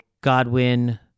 Godwin